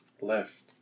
left